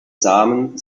samen